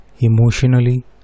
emotionally